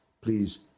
Please